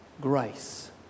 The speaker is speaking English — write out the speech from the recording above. grace